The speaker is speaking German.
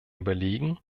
überlegen